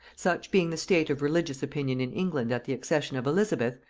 such being the state of religious opinion in england at the accession of elizabeth,